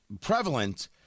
prevalent